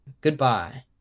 Goodbye